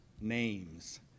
names